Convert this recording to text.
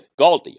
GALDI